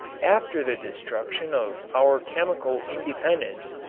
after the destruction of our chemical independence,